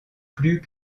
plus